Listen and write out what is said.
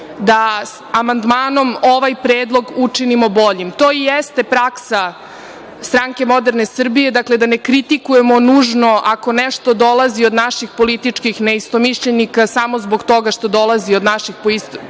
da amandmanom ovaj predlog učinimo boljim. To i jeste praksa SMS da ne kritikujemo nužno ako nešto dolazi od naših političkih neistomišljenika samo zbog toga što dolazi od naših političkih